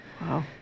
Wow